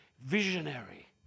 visionary